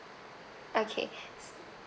okay